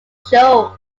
show